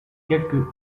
quelques